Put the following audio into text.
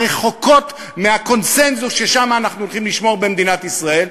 הרחוקות מהקונסנזוס שאנחנו הולכים לשמור במדינת ישראל,